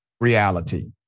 reality